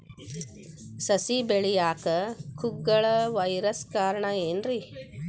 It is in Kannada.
ಸಸಿ ಬೆಳೆಯಾಕ ಕುಗ್ಗಳ ವೈರಸ್ ಕಾರಣ ಏನ್ರಿ?